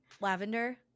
Lavender